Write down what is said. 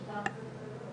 משלל הגוונים.